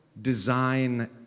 Design